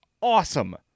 awesome